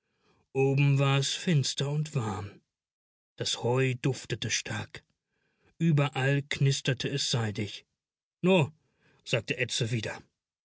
oben war es finster und warm das heu duftete stark überall knisterte es seidig no sagte edse wieder